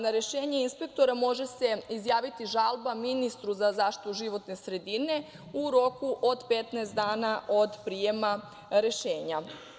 Na rešenje inspektora može se izjaviti žalba ministru za zaštitu životne sredine u roku od 15 dana od prijema rešenja.